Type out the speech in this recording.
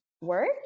work